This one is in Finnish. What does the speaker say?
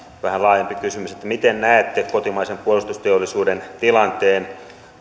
vähän laajempi kysymys miten näette kotimaisen puolustusteollisuuden tilanteen